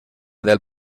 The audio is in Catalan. del